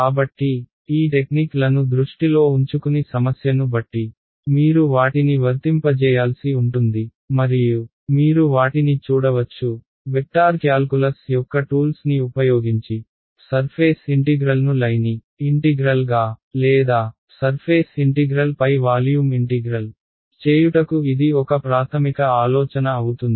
కాబట్టి ఈ టెక్నిక్లను దృష్టిలో ఉంచుకుని సమస్యను బట్టి మీరు వాటిని వర్తింపజేయాల్సి ఉంటుంది మరియు మీరు వాటిని చూడవచ్చు వెక్టార్ క్యాల్కులస్ యొక్క టూల్స్ని ఉపయోగించి సర్ఫేస్ ఇన్టిగ్రల్ను లైని ఇన్టిగ్రల్ గా లేదా సర్ఫేస్ ఇన్టిగ్రల్ పై వాల్యూమ్ ఇన్టిగ్రల్ చేయుటకు ఇది ఒక ప్రాథమిక ఆలోచన అవుతుంది